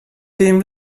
dem